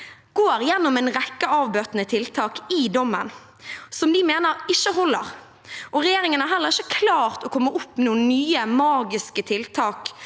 går gjennom en rekke avbøtende tiltak i dommen som de mener ikke holder, og regjeringen har heller ikke klart å komme opp med noen nye magiske tiltak